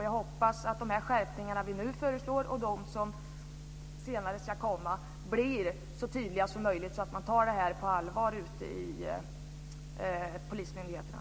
Jag hoppas att de skärpningar vi nu föreslår och de som senare ska komma blir så tydliga som möjligt så att man tar det här på allvar ute i polismyndigheterna.